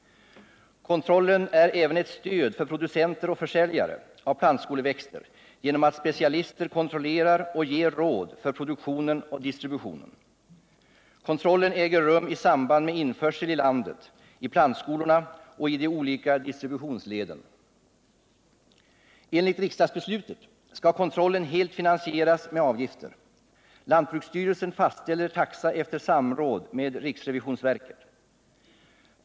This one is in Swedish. Kontrollen är även ett stöd för producenter och försäljare av plantskoleväxter genom att specialister kontrollerar och ger råd för produktionen och distributionen. Kontrollen äger rum i samband med införsel i landet, i plantskolorna och i de olika distributionsleden. Enligt riksdagsbeslutet skall kontrollen helt finansieras med avgifter. Lantbruksstyrelsen fastställer taxa efter samråd med riksrevisionsverket.